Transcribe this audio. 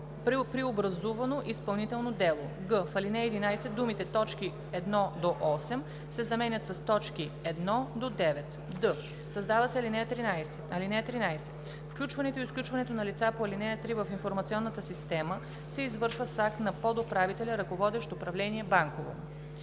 при образувано изпълнително дело“; г) в ал. 11 думите „т. 1 – 8“ се заменят с „т. 1 – 9“; д) създава се ал. 13: „(13) Включването и изключването на лица по ал. 3 в информационната система се извършва с акт на подуправителя, ръководещ управление „Банково“.“